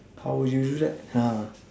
how would you do that ha